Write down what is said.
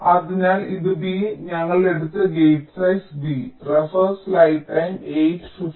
അതിനാൽ ഇത് B ഞങ്ങൾ എടുത്ത ഗേറ്റ് സൈസ് B